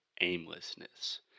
aimlessness